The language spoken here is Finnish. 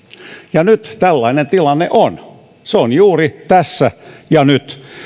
ja nyt tällainen tilanne on se on juuri tässä ja nyt